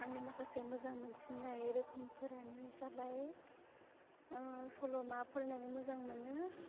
आंनि माखासे मोजां मोनसिननाय रोखोमफोरानो जाबाय सल'मा फरायनानै मोजां मोनो